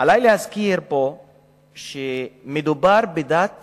עלי להזכיר פה שמדובר בדת